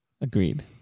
Agreed